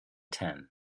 ten